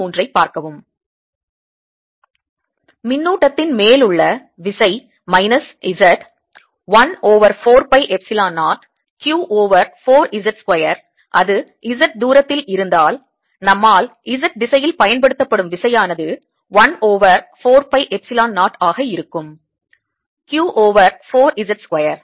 மின்னூட்டத்தின் மேலுள்ள விசை minus Z 1 over 4 pi epsilon 0 q over 4 Z square அது Z தூரத்தில் இருந்தால் நம்மால் Z திசையில் பயன்படுத்தப்படும் விசையானது 1 ஓவர் 4 பை எப்சிலன் 0 ஆக இருக்கும் q ஓவர் 4 Z ஸ்கொயர்